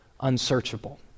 unsearchable